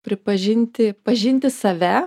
pripažinti pažinti save